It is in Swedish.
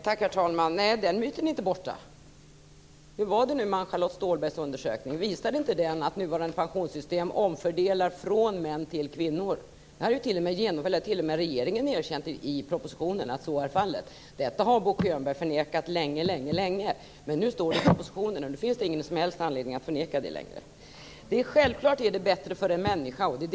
Herr talman! Nej, den myten är inte borta: Hur var det nu med Ann-Charlotte Ståhlbergs undersökning? Visade den inte att nuvarande pensionssystem omfördelar från män till kvinnor? Det har t.o.m. regeringen erkänt i propositionen. Detta har Bo Könberg förnekat länge. Nu står det i propositionen, och det finns ingen som helst anledning att förneka det längre. Det är självklart bättre för en människa med vårt förslag.